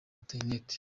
internet